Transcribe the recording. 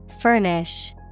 Furnish